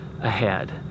ahead